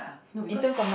no because